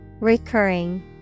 Recurring